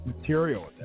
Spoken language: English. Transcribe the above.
material